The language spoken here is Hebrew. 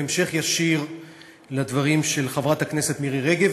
בהמשך ישיר לדברים של חברת הכנסת מירי רגב,